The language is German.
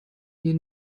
mir